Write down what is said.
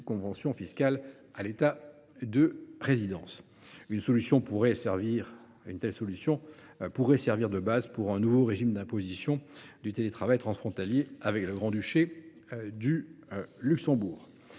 compensation fiscale à l’État de résidence. Une telle solution pourrait servir de base pour un nouveau régime d’imposition du télétravail transfrontalier avec le Grand Duché du Luxembourg.